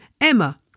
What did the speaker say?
Emma